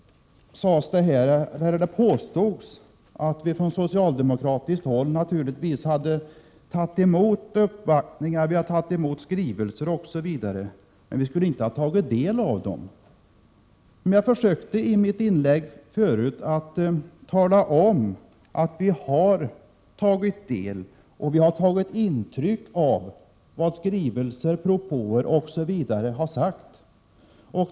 Det påstods att vi från socialdemokratiskt håll naturligtvis hade tagit emot uppvaktningar och skrivelser osv. men att vi inte skulle ha tagit del av dem. Jag försökte i mitt inlägg nyss tala om att vi har tagit intryck av vad skrivelser, propåer osv. innehållit.